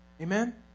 Amen